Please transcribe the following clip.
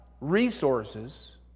resources